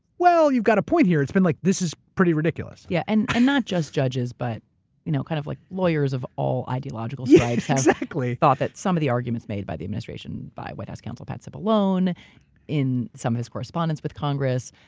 well, you've got a point here. it's been like, this is pretty ridiculous. yeah, and and not just judges, but you know kind of like lawyers of all ideological yeah exactly. have thought that some of the arguments made by the administration, by white house counsel pat cipollone in some of his correspondence with congress,